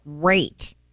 great